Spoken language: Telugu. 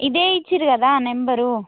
ఇదే ఇచ్చిర్రు కదా నెంబరు